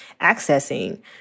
accessing